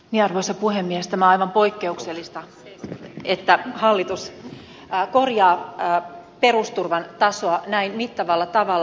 tämä on aivan poikkeuksellista että hallitus korjaa perusturvan tasoa näin mittavalla tavalla